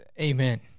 amen